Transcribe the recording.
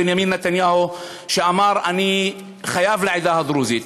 בנימין נתניהו שאמר: אני חייב לעדה הדרוזית.